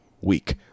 week